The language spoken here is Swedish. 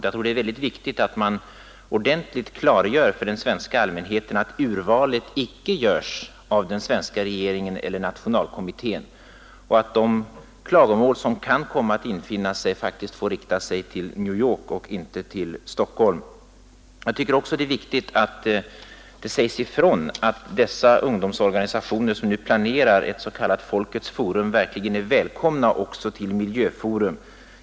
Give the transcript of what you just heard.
Jag tror det är viktigt att man ordentligt klargör för den svenska allmänheten att urvalet icke görs av den svenska regeringen eller Nationalkommittén samt att de klagomål som kan infinna sig beträffande urvalet får riktas till New York och inte till Stockholm. Jag tycker också det är viktigt att det sägs ifrån, att de organisationer som nu planerar ett s.k. Folkets forum är välkomna även till Miljöforum.